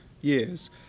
years